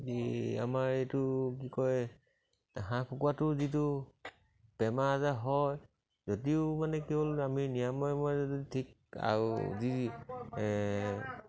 এই আমাৰ এইটো কি কয় হাঁহ কুকুৱাটো যিটো বেমাৰ আজাৰ হয় যদিও মানে কি হ'ল আমি নিৰাময় যদি ঠিক আৰু যি